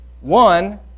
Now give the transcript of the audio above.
One